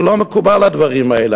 זה לא מקובל, הדברים האלה.